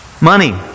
Money